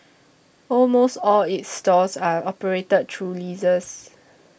almost all its stores are operated through leases